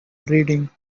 reading